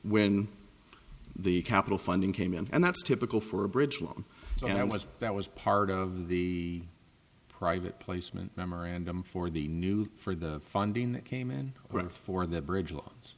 when the capital funding came in and that's typical for a bridge loan and i was that was part of the private placement memorandum for the new for the funding that came in for the bridge l